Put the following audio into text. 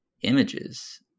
images